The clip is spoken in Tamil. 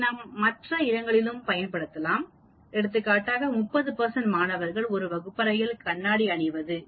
இதை நாம் மற்ற இடங்களிலும் பயன்படுத்தலாம் எடுத்துக்காட்டாக 30 மாணவர்கள் ஒரு வகுப்பறையில்கண்ணாடி அணிவது